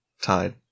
tied